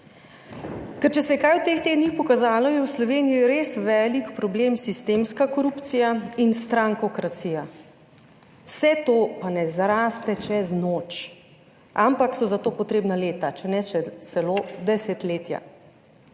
Ker če se je kaj v teh tednih pokazalo, je v Sloveniji res velik problem sistemska korupcija in strankokracija. Vse to pa ne zraste čez noč, ampak so za to potrebna leta, če ne celo desetletja.